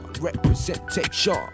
Representation